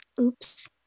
Oops